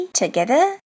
together